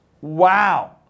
wow